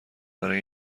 برای